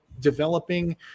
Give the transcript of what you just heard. developing